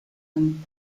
him